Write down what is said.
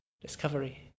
discovery